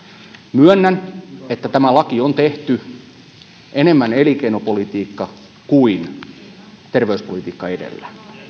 myönnän että tämä laki on tehty enemmän elinkeinopolitiikka kuin terveyspolitiikka edellä